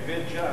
בבית-ג'ן,